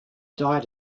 died